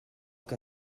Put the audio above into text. que